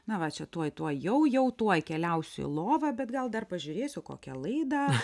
na va čia tuoj tuoj jau jau tuoj keliausiu į lovą bet gal dar pažiūrėsiu kokią laidą